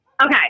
Okay